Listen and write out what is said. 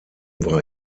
war